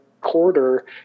quarter